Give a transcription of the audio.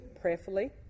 prayerfully